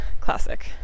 classic